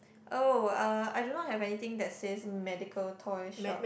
oh uh I do not have anything that says medical toy shop